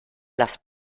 las